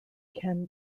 ken